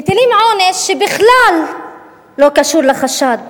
מטילים עונש שבכלל לא קשור לחשד.